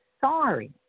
Sorry